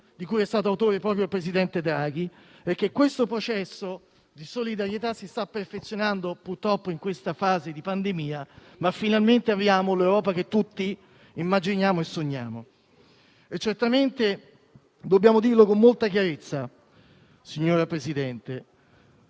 di cui è stato autore proprio il presidente Draghi. Questo processo di solidarietà si sta perfezionando, purtroppo, in questa fase di pandemia, ma finalmente abbiamo l'Europa che tutti immaginiamo e sogniamo. Certamente, dobbiamo dire con molta chiarezza, signor Presidente,